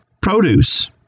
produce